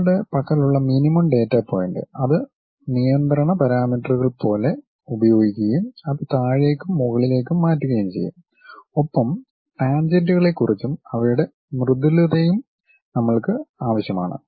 നമ്മളുടെ പക്കലുള്ള minimum data point അത് നിയന്ത്രണ പാരാമീറ്ററുകൾ പോലെ ഉപയോഗിക്കുകയും അത് താഴേയ്ക്കും മുകളിലേക്കും മാറ്റുകയും ചെയ്യും ഒപ്പം ടാൻജെന്റുകളെക്കുറിച്ചും അവയുടെ മൃദുലതയും നമ്മൾക്ക് ആവശ്യമാണ്